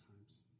times